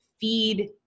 feed